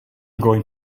going